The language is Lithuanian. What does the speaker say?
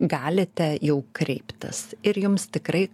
galite jau kreiptas ir jums tikrai